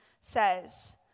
says